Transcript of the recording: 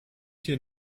hier